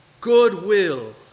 goodwill